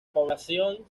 población